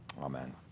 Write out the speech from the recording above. Amen